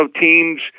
teams